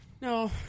No